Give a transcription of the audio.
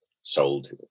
sold